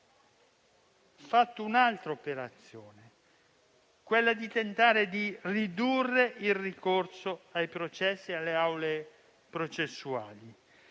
abbiamo fatto un'altra operazione, cercando di ridurre il ricorso ai processi e alle aule processuali.